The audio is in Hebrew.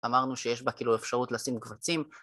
אמרנו שיש בה כאילו אפשרות לשים קבצים.